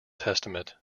testament